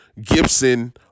Gibson